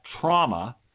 trauma